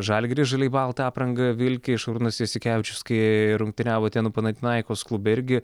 žalgirį žaliai baltą aprangą vilki šarūnas jasikevičius kai rungtyniavo atėnų panatinaikos klube irgi